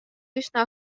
üsna